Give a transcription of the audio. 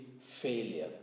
failure